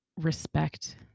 respect